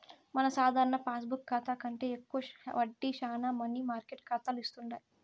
మన సాధారణ పాస్బుక్ కాతా కంటే ఎక్కువ వడ్డీ శానా మనీ మార్కెట్ కాతాలు ఇస్తుండాయి